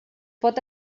pot